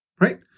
right